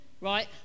right